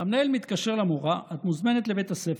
המנהל מתקשר למורה: את מוזמנת לבית הספר.